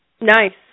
Nice